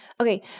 Okay